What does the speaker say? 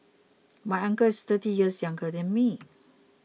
my uncle is thirty years younger than me